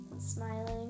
smiling